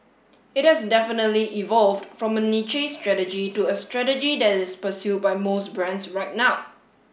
it has definitely evolved from a niche strategy to a strategy that is pursued by most brands right now